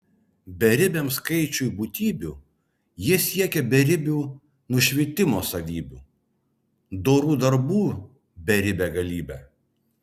beribiam skaičiui būtybių jie siekia beribių nušvitimo savybių dorų darbų beribe galybe